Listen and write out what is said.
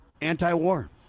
anti-war